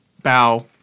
bow